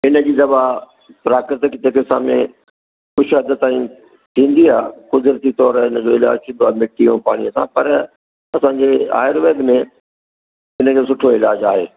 हिनजी दवा प्राकृतिक चिकित्सा में कुझु हदि ताईं थींदी आहे क़ुदिरती तौर हिनजो इलाजु थींदो आहे मिटी जो पाणीअ सां पर असांजे आयुर्वेद में हिनजो सुठो इलाजु आहे